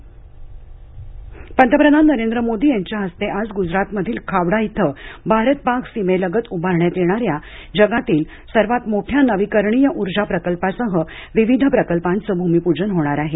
पंतप्रधा गजराथ पंतप्रधान नरेंद्र मोदी यांच्या हस्ते आज गुजरातमधील खावडा इथं भारत पाक सीमेलगत उभारण्यात येणाऱ्या जगातील सर्वात मोठ्या नवीकरणीय ऊर्जा प्रकल्पासह विविध प्रकल्पांच भूमिपूजन होणार आहे